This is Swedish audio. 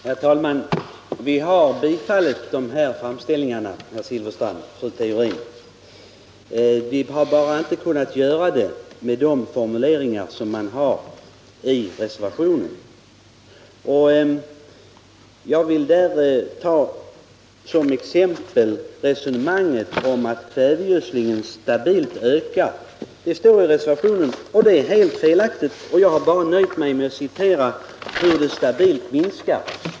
Herr talman! Vi har bifallit dessa framställningar, herr Silfverstrand och fru Theorin, men vi har bara inte kunnat göra det med de formuleringar som återfinns i reservationen. Jag vill såsom exempel ta resonemanget om att kvävegödslingen stabilt ökar. Det är ett helt felaktigt påstående i reservationen. Jag har nöjt mig med att redovisa hur den stabilt minskar.